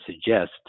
suggest